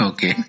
Okay